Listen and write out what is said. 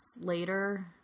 later